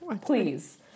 Please